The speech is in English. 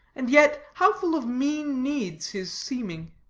and yet how full of mean needs his seeming.